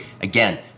again